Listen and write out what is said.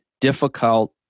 difficult